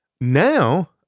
now